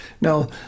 Now